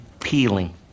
peeling